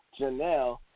Janelle